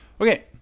Okay